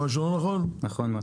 נכון מאוד.